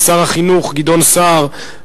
שר החינוך גדעון סער,